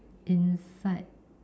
inside